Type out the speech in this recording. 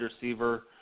receiver